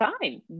fine